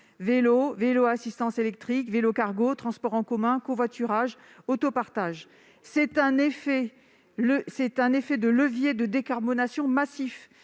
vélo, vélo à assistance électrique, vélo cargo, transport en commun, covoiturage, autopartage, etc.C'est en effet un levier de décarbonation massive,